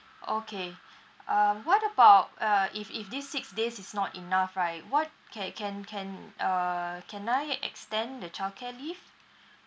okay um what about uh if if this six days is not enough right what ca~ can can uh can I extend the childcare leave